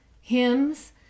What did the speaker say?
hymns